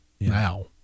now